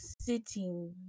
sitting